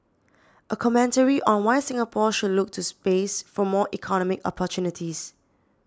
a commentary on why Singapore should look to space for more economic opportunities